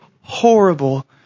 horrible